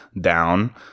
down